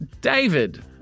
David